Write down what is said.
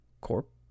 corp